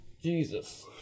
Jesus